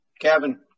Kevin